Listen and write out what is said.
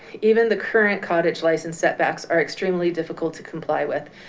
even the current cottage license setbacks are extremely difficult to comply with,